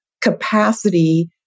capacity